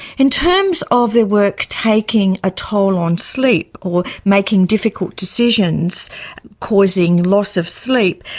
in terms of their work taking a toll on sleep or making difficult decisions causing loss of sleep,